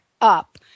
up